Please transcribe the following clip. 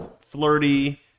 flirty